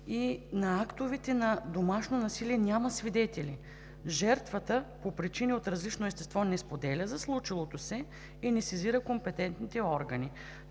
и на актовете на домашно насилие няма свидетели. Жертвата по причини от различно естество не споделя за случилото се и не сезира компетентните органи.